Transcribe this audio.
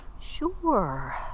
Sure